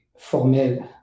Formel